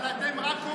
אבל אתם רק,